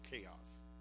chaos